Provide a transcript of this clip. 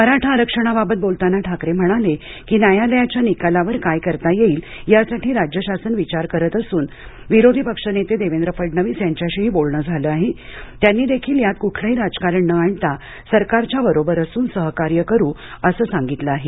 मराठा आरक्षणाबाबत बोलताना ठाकरे म्हणाले की न्यायालयाच्या निकालावर काय करता येईल यासाठी राज्य शासन विचार करत असून विरोधी पक्ष नेते देवेंद्र फडणवीस यांच्याशीही बोलण झालं आहे त्यांनी देखील यात कुठलंही राजकारण न आणता सरकारच्या बरोबर असून सहकार्य करू असं सांगितलं आहे